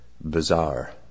bizarre